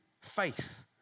faith